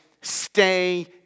stay